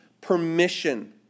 permission